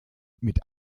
mit